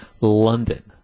London